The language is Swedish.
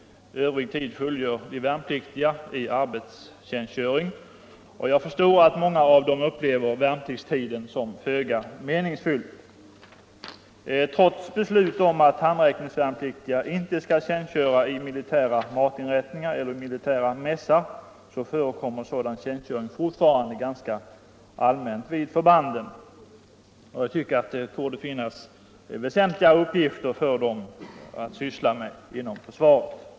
Övrig tid fullgör de värnpliktiga i arbetstjänstgöring, och jag förstår att många av dem upplever värnpliktstiden som föga meningsfylld. Trots beslut om att handräckningsvärnpliktiga inte skall tjänstgöra i militära matinrättningar eller mässar förekommer sådan tjänstgöring fortfarande ganska allmänt vid förbanden. Det torde finnas väsentligare uppgifter för de handräckningsvärnpliktiga inom försvaret.